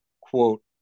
quote